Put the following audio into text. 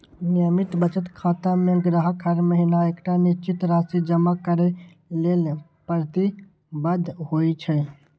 नियमित बचत खाता मे ग्राहक हर महीना एकटा निश्चित राशि जमा करै लेल प्रतिबद्ध होइ छै